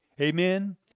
Amen